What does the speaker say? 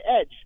Edge